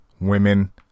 women